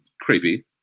creepy